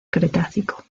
cretácico